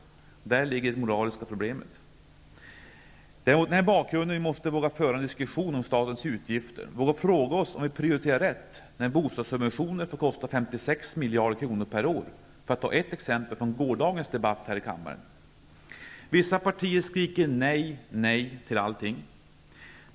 Däri ligger det moraliska problemet. Det är mot den här bakgrunden som vi måste våga föra en diskussion om statens utgifter, våga fråga oss om vi prioriterar rätt när bostadssubventioner får kosta 56 miljarder kronor per år -- för att ta ett exempel från gårdagens debatt här i kammaren. Vissa partier skriker nej, nej till allting.